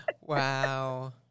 wow